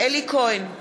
אלי כהן,